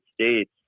States